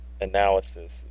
analysis